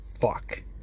fuck